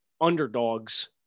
underdogs